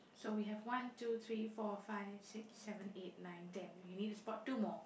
so we have one two three four five six seven eight nine ten we need to spot two more